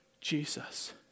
Jesus